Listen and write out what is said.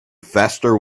faster